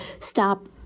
stop